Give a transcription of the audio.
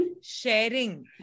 sharing